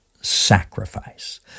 sacrifice